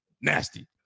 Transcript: Nasty